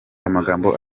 amagambo